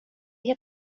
det